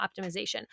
optimization